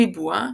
ריבוע,